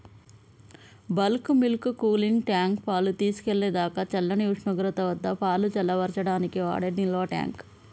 bulk milk cooling tank, పాలు తీసుకెళ్ళేదాకా చల్లని ఉష్ణోగ్రత వద్దపాలు చల్లబర్చడానికి వాడే నిల్వట్యాంక్